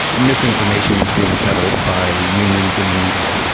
misinformation is being peddled by unions and the media.